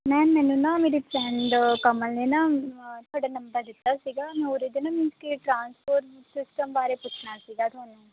ma'am ਮੈਨੂੰ ਨਾ ਮੇਰੇ ਫਰੈਂਡ ਕਮਲ ਨੇ ਨਾ ਤੁਹਾਡਾ ਨੰਬਰ ਦਿੱਤਾ ਸੀਗਾ ਮੈਂ ਉਰੇ ਦੇ ਨਾ ਮੀਨਜ਼ ਕਿ ਟਰਾਂਸਪੋਰਟ ਸਿਸਟਮ ਬਾਰੇ ਪੁੱਛਣਾ ਸੀਗਾ ਤੁਹਾਨੂੰ